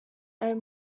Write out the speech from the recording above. aya